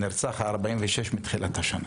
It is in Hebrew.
הנרצח ה-46 מתחילת השנה,